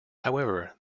however